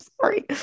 sorry